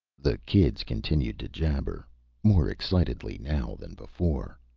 the kids continued to jabber more excitedly now than before.